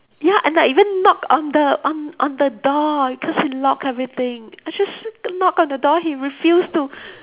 ya and I even knock on the on on the door cause he locked everything I just knock on the door he refused to